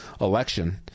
election